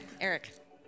Eric